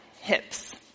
hips